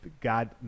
God